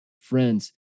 Friends